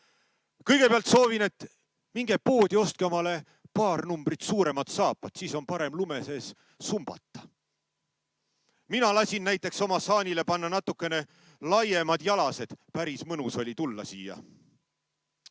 Kõigepealt soovin, et minge poodi, ostke omale paar numbrit suuremad saapad, siis on parem lume sees sumbata. Mina lasin näiteks oma saanile panna natukene laiemad jalased, päris mõnus oli tulla siia.